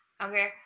Okay